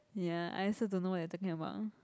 ya I also don't know what you are talking about